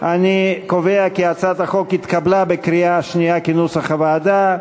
אני קובע כי הצעת החוק התקבלה בקריאה שנייה כנוסח הוועדה,